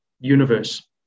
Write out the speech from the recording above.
universe